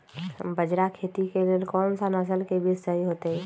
बाजरा खेती के लेल कोन सा नसल के बीज सही होतइ?